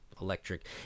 electric